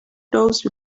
those